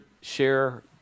share